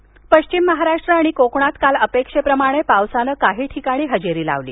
हवामान पश्चिम महाराष्ट्र आणि कोकणात काल अपेक्षेप्रमाणे पावसानं काही ठिकाणी हजेरी लावली